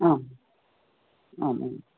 आम् आमाम्